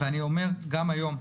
ואני אומר גם היום: